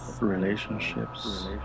relationships